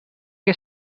que